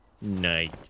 Night